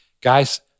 Guys